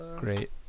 Great